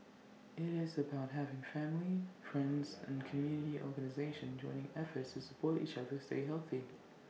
IT is about having family friends and community organisations joining efforts to support each other stay healthy